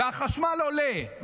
והחשמל עולה,